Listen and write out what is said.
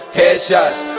headshots